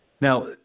Now